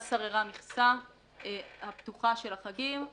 אז שררה מכסה הפתוחה של החגים,